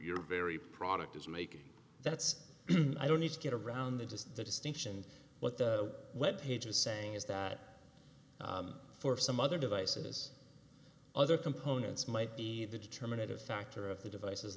very product is making that's i don't need to get around that is the distinction what the web page is saying is that for some other devices other components might be the determinative factor of the devices